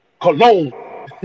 Cologne